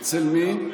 אצל מי?